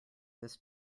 this